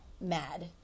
mad